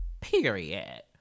Period